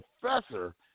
professor